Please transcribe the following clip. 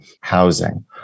housing